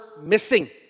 missing